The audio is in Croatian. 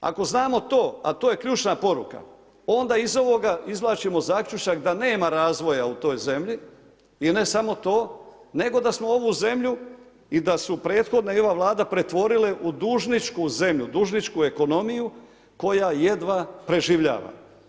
Ako znamo to a to je ključna poruka, onda iz ovoga izvlačimo zaključak da nema razvoja u toj zemlji i ne samo to, nego da smo ovu zemlju i da su prethodne i ova Vlada pretvorile u dužničku zemlju, dužničku ekonomiju koja jedva preživljava.